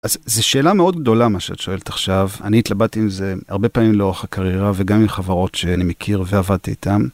אז זו שאלה מאוד גדולה מה שאת שואלת עכשיו, אני התלבטתי עם זה הרבה פעמים לאורך הקריירה, וגם עם חברות שאני מכיר ועבדתי איתן.